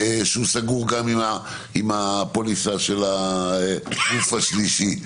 שהוא סגור גם עם הפוליסה של הגוף השלישי,